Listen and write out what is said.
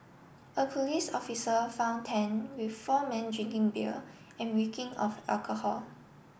a police officer found Tan with four men drinking beer and reeking of alcohol